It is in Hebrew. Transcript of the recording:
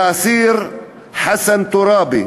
והאסיר חסן טורבי,